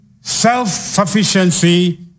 self-sufficiency